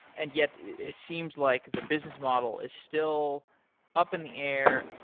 and yet it seems like the business model is still up in the air.